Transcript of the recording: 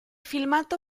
filmato